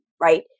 right